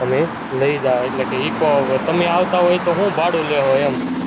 અમે લઈ જઈશું એટલે કે ઈકો તમે આવતા હોય તો હું ભાડું લેજો એમ